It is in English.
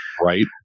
Right